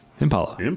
Impala